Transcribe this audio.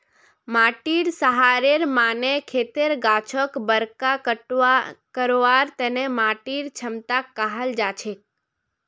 माटीर सहारेर माने खेतर गाछक बरका करवार तने माटीर क्षमताक कहाल जाछेक